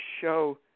show